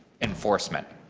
enforcement.